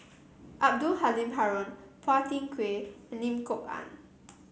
Abdul Halim Haron Phua Thin Kiay and Lim Kok Ann